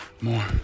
more